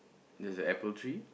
there's a apple tree